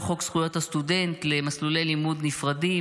חוק זכויות הסטודנט למסלולי לימוד נפרדים.